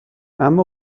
اما